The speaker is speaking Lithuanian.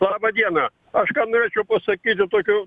labą dieną aš ką norėčiau pasakyti tokių